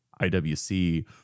IWC